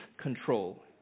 control